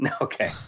Okay